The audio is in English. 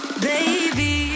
Baby